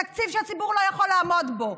תקציב שהציבור לא יכול לעמוד בו.